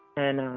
and